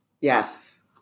Yes